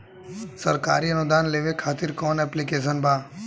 सरकारी अनुदान लेबे खातिर कवन ऐप्लिकेशन बा?